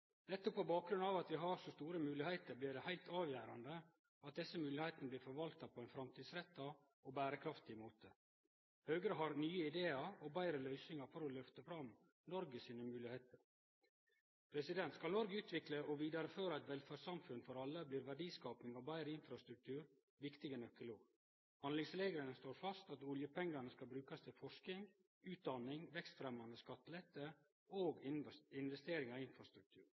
Nettopp på bakgrunn av at vi har så store moglegheiter, blir det heilt avgjerande at desse moglegheitene blir forvalta på ein framtidsretta og berekraftig måte. Høgre har nye idear og betre løysingar for å lyfte fram Noregs moglegheiter. Skal Noreg utvikle og vidareføre eit velferdssamfunn for alle, blir verdiskaping og betre infrastruktur viktige nøkkelord. Handlingsregelen slår fast at oljepengane skal brukast til forsking, utdanning, vekstfremjande skattelette og investeringar i infrastruktur.